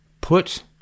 put